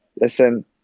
listen